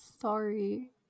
Sorry